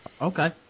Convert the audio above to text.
Okay